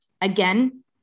again